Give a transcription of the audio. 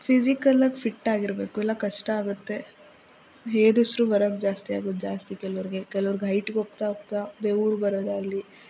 ಫಿಸಿಕಲ್ಲಾಗಿ fit ಆಗಿರಬೇಕು ಇಲ್ಲ ಕಷ್ಟ ಆಗುತ್ತೆ ಏದುಸಿರು ಬರೋದು ಜಾಸ್ತಿ ಆಗೋದು ಜಾಸ್ತಿ ಕೆಲವರಿಗೆ ಕೆಲವ್ರಿಗೆ ಹೈಟ್ ಹೋಗುತ್ತಾ ಹೋಗುತ್ತಾ ಬೆವರು ಬರೋದಾಗಲಿ